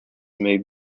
may